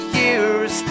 years